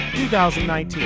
2019